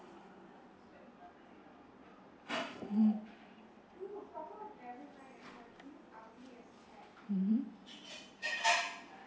mmhmm mmhmm